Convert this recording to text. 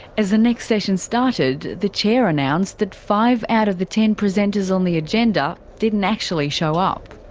as the next session started, the chair announced that five out of the ten presenters on the agenda didn't actually show up.